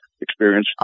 experience